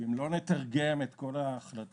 ואם לא נתרגם את כל ההחלטות,